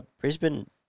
Brisbane